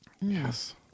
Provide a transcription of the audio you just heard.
Yes